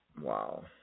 Wow